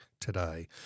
today